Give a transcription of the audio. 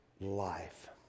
life